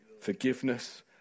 forgiveness